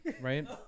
right